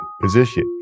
position